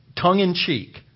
tongue-in-cheek